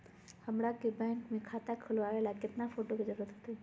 हमरा के बैंक में खाता खोलबाबे ला केतना फोटो के जरूरत होतई?